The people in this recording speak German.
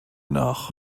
nach